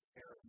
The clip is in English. air